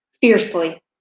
fiercely